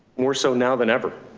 more so now than ever.